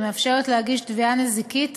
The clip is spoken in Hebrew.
ומאפשרת להגיש תביעה נזיקית